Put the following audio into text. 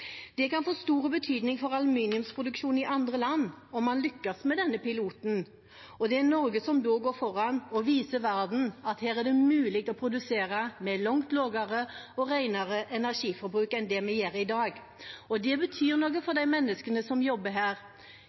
Det kan få stor betydning for aluminiumsproduksjonen i andre land om man lykkes med denne piloten, og det er Norge som da går foran og viser verden at det er mulig å produsere med langt lavere og renere energiforbruk enn det man gjør i dag. Det betyr noe for de menneskene som jobber